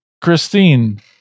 Christine